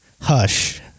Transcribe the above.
Hush